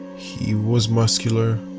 he was muscular.